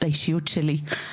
לאישיות שלי.